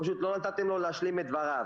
פשוט לא נתתם לו להשלים את דבריו.